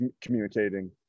communicating